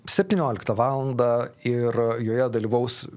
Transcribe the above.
septynioliktą valandą ir joje dalyvaus